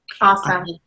Awesome